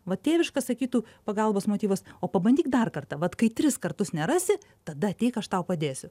va tėviškas sakytų pagalbos motyvas o pabandyk dar kartą vat kai tris kartus nerasi tada ateik aš tau padėsiu